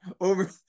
over